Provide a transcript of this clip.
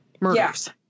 murders